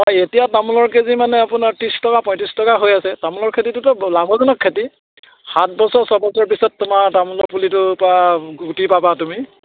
এতিয়া তামোলৰ কেজি মানে আপোনাৰ ত্ৰিছ টকা পঁয়ত্ৰিছ টকা হৈ আছে তামোলৰ খেতিটোতো লাভজনক খেতি সাত বছৰ ছবছৰৰ পিছত তোমাৰ তামোলৰ পুলিটোৰ পৰা গুটি পাবা তুমি